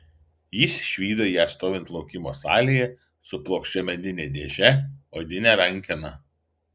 jis išvydo ją stovint laukimo salėje su plokščia medine dėže odine rankena